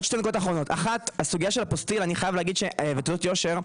לגבי אפוסטיל ותעודות יושר,